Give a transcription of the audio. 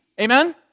Amen